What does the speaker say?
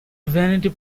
vanity